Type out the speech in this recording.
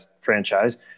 franchise